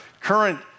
current